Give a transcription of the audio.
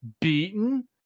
beaten